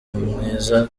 mwiza